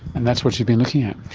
and that's what you've been looking at.